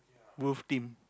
WolfTeam